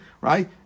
right